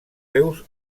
seus